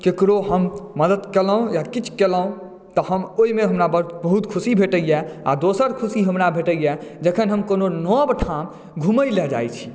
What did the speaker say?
केकरो हम मदद केलहुँ या किछु केलहुँ तऽ हम ओहिमे हमरा बड खुशी भेटैया आ दोसर ख़ुशी हमरा भेटैया जखन हम कोनो नव ठाम घुमै लेल जाइत छी